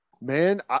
man